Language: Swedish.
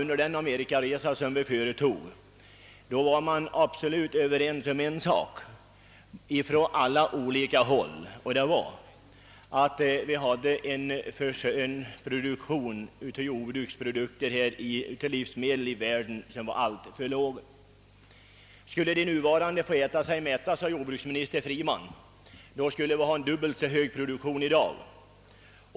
Under den amerikaresa som jordbruksutskottet företog kunde vi konstatera att man på olika håll var överens om en sak, nämligen att världens livsmedelsproduktion är alltför låg. Om den nuvarande generationen skulle kunna äta sig mätt, sade jordbruksminister Freeman, borde vi i dag ha en dubbelt så stor produktion som vi har.